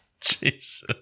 jesus